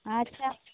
ᱟᱪᱪᱷᱟ